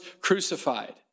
crucified